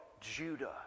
Judah